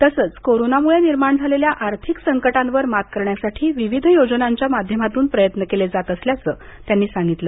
तसंच कोरोनामुळे निर्माण झालेल्या आर्थिक संकटांवर मात करण्यासाठी विविध योजनांच्या माध्यमातून प्रयत्न केले जात असल्याचं ते म्हणाले